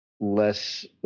less